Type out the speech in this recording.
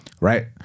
Right